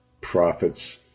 prophets